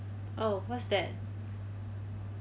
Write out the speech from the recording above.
oh what's that